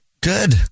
Good